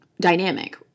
dynamic